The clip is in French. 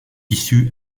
issu